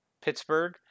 Pittsburgh